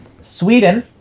Sweden